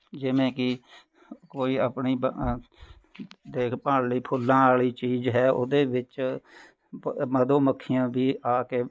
ਜਿਵੇਂ ਕਿ ਕੋਈ ਆਪਣੀ ਬ ਦੇਖਭਾਲ ਲਈ ਫੁੱਲਾਂ ਵਾਲ਼ੀ ਚੀਜ਼ ਹੈ ਉਹਦੇ ਵਿੱਚ ਪ ਮਧੂ ਮੱਖੀਆਂ ਵੀ ਆ ਕੇ